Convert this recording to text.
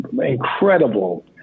Incredible